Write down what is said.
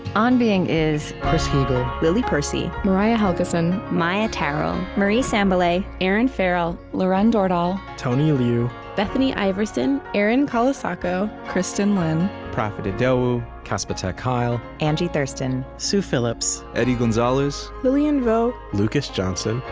on being is chris heagle, lily percy, mariah helgeson, maia tarrell, marie sambilay, erinn farrell, lauren dordal, tony liu, bethany iverson, erin colasacco, kristin lin, profit idowu, casper ter kuile, angie thurston, sue phillips, eddie gonzalez, lilian vo, lucas johnson,